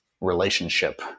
relationship